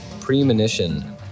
premonition